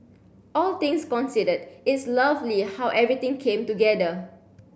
all things considered it's lovely how everything came together